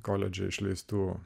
koledže išleistų